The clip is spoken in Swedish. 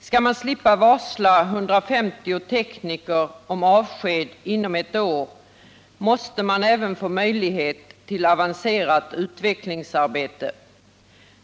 Skall man slippa varsla 150 tekniker om avsked inom ett år måste man även få möjlighet till avancerat utvecklingsarbete.